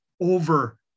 over